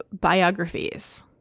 Biographies